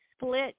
split